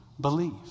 believe